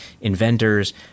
inventors